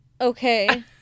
Okay